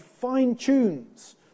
fine-tunes